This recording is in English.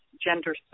gender